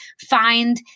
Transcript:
find